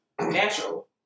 natural